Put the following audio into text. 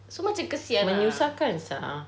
so macam kesian ah